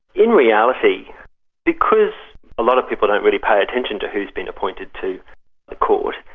in reality because a lot of people don't really pay attention to who has been appointed to the court,